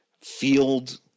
field